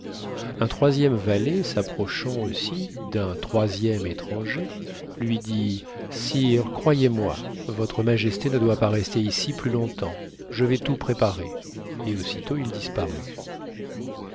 un troisième valet s'approchant aussi d'un troisième étranger lui dit sire croyez-moi votre majesté ne doit pas rester ici plus long-temps je vais tout préparer et aussitôt il disparut